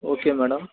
okay madam